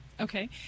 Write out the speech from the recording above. Okay